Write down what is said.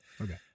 Okay